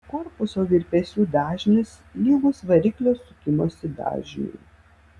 korpuso virpesių dažnis lygus variklio sukimosi dažniui